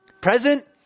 present